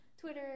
Twitter